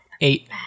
Eight